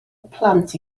plant